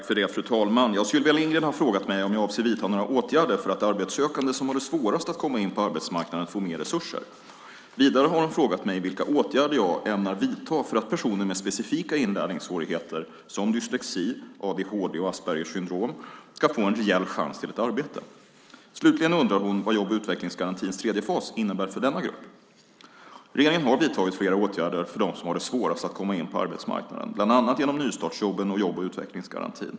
Fru talman! Sylvia Lindgren har frågat mig om jag avser att vidta några åtgärder för att de arbetssökande som har det svårast att komma in på arbetsmarknaden får mer resurser. Vidare har hon frågat mig vilka åtgärder jag ämnar vidta för att personer med specifika inlärningssvårigheter som dyslexi, adhd och Aspergers syndrom ska få en reell chans till ett arbete. Slutligen undrar hon vad jobb och utvecklingsgarantins tredje fas innebär för denna grupp. Regeringen har vidtagit flera åtgärder för dem som har det svårast att komma in på arbetsmarknaden, bland annat genom nystartsjobben och jobb och utvecklingsgarantin.